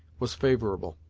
was favorable,